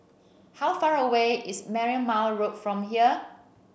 how far away is Marymount Road from here